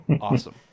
awesome